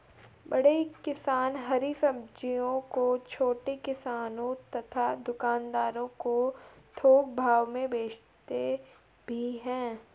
बड़े किसान हरी सब्जियों को छोटे किसानों तथा दुकानदारों को थोक भाव में भेजते भी हैं